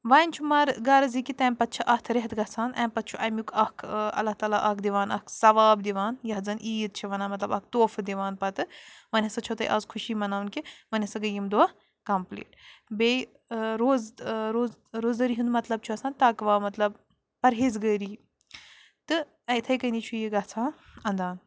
وَنہِ چھُ مرغرض یہِ کہِ تمہِ پتہٕ چھِ اَتھ ریٚتھ گَژَھان اَمہِ پتہٕ چھُ اَمیُک اَکھ اللہ تعالیٰ اَکھ دِوان اَکھ صَواب دِوان یَتھ زن عیٖد چھِ وانان مطلب اَکھ طوفہٕ دِوان پتہٕ ونہِ ہَسا چھو تُہۍ آز خوشی مناوٕنۍ کہِ وَنہِ ہَسا گٔے یِم دۄہ کمپٕلیٹ بیٚیہِ روزٕ روزٕ روزدٔری ہُنٛد مطلب چھُ آسان تقوا مطلب پرہیز گٲری تہٕ اتھٕے کٔنۍ چھُ یہِ گَژھان انٛدان